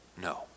No